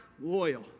loyal